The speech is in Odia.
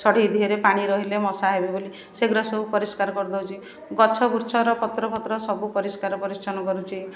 ସଢ଼େଇ ଦେହରେ ପାଣି ରହିଲେ ମଶା ହେବେ ବୋଲି ସେଗୁଡ଼ାକ ସବୁ ପରିଷ୍କାର କରିଦେଉଛି ଗଛ ବୁଚ୍ଛର ପତ୍ର ଫତ୍ର ସବୁ ପରିଷ୍କାର ପରିଚ୍ଛନ କରିଦେଉଛି